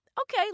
okay